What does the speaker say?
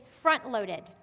front-loaded